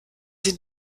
sie